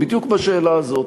בדיוק בשאלה הזאת,